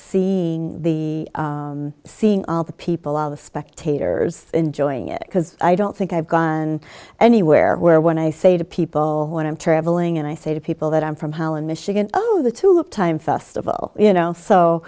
see the scene all the people all the spectators enjoying it because i don't think i've gone anywhere where when i say to people when i'm traveling and i say to people that i'm from holland michigan oh the two look time festival you know so